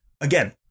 again